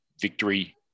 victory